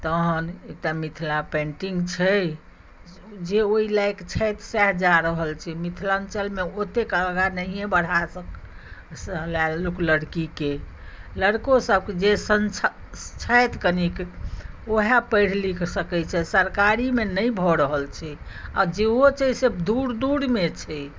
तहन एकटा मिथिला पेन्टिंग छै जे ओहि लायक छथि सएह जा रहल छै मिथलाँचल मे ओतेक आगाँ नहिये बढ़ाए सकैया लोक लड़की के लड़को सब जे सक्षम छथि कनिक ओहए पढि लिख सकै छथि सरकारी मे नहि भऽ रहल छै आ जेहो छै से दूर दूर मे छै